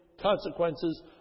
consequences